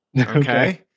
Okay